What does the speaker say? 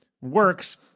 works